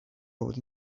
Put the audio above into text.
rode